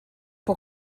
può